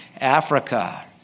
Africa